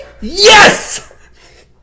Yes